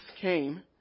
came